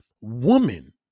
woman